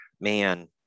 man